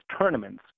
tournaments